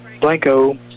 Blanco